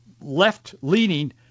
left-leaning